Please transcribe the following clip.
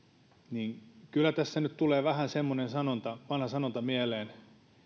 niin kyllä tässä nyt tulee vähän semmoinen vanha sanonta mieleen